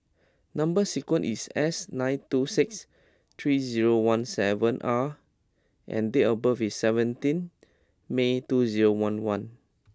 number sequence is S nine two six three zero one seven R and date of birth is seventeen May two zero one one